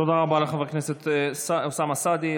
תודה רבה לחבר הכנסת אוסאמה סעדי.